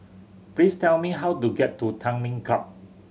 please tell me how to get to Tanglin Club